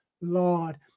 lord